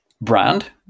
brand